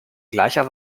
gleicher